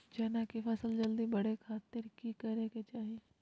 चना की फसल जल्दी बड़े खातिर की करे के चाही?